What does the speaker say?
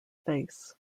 face